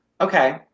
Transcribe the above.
Okay